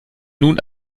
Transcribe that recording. nun